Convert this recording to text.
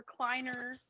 recliner